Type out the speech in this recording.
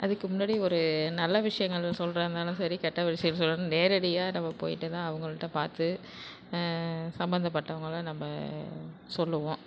அதுக்கு முன்னாடி ஒரு நல்ல விஷயங்கள் சொல்கிறதுனாலும் சரி கெட்ட விஷயம் சொல்கிற நேரடியாக நம்ம போயிட்டனால் அவங்ககிட்ட பார்த்து சம்பந்தப்பட்டவங்களை நம்ம சொல்லுவோம்